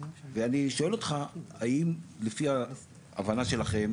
ואני שואל אותך האם לפי ההבנה שלכם,